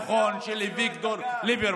זה בגלל הניהול הנכון של אביגדור ליברמן.